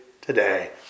today